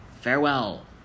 Farewell